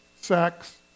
sex